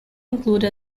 include